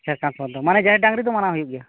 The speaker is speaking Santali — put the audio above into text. ᱡᱷᱟᱲᱠᱷᱚᱱᱰ ᱠᱚᱨᱮ ᱫᱚ ᱢᱟᱱᱮ ᱡᱟᱦᱮᱨ ᱰᱟᱝᱨᱤ ᱫᱚ ᱢᱟᱱᱟᱣ ᱦᱩᱭᱩᱜ ᱜᱮᱭᱟ